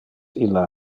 illa